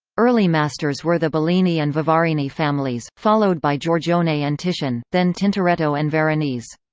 early masters were the bellini and vivarini families, followed by giorgione and titian, then tintoretto and veronese.